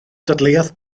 dadleuodd